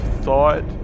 thought